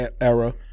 era